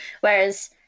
whereas